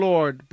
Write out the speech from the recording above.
Lord